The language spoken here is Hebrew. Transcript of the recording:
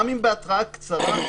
גם אם בהתראה קצרה,